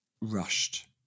rushed